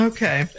Okay